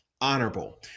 honorable